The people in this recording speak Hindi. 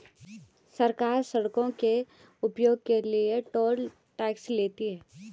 सरकार सड़कों के उपयोग के लिए टोल टैक्स लेती है